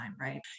Right